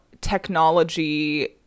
technology